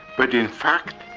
but, in fact,